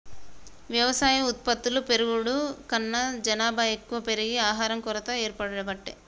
వ్యవసాయ ఉత్పత్తులు పెరుగుడు కన్నా జనాభా ఎక్కువ పెరిగి ఆహారం కొరత ఏర్పడబట్టే